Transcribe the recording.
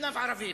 גנב ערבי,